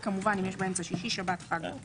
וכמובן, אם יש באמצע שישי שבת וכו'.